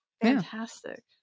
Fantastic